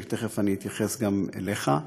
ותכף אתייחס גם אליך,